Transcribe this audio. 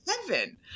heaven